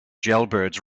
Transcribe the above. jailbirds